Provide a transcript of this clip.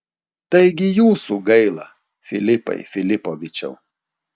taigi jūsų gaila filipai filipovičiau